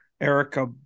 Erica